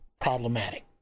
problematic